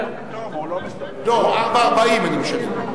לא, 4.40 אני משלם.